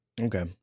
Okay